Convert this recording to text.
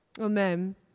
Amen